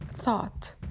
thought